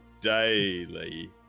daily